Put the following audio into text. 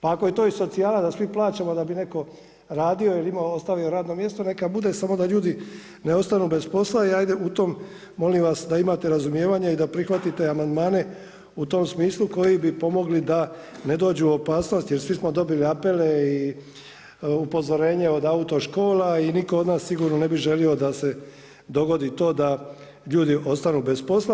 Pa ako je to i socijala da svi plaćamo da bi netko radio ili imao, ostavio radno mjesto neka bude samo da ljudi ne ostanu bez posla i hajde u tom molim vas da imate razumijevanja i da prihvatite amandmane u tom smislu koji bi pomogli da ne dođu u opasnost, jer svi smo dobili apele i upozorenje od autoškola i nitko od nas sigurno ne bi želio da se dogodi to da ljudi ostanu bez posla.